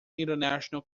international